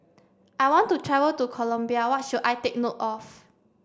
I want to travel to Colombia What should I take note of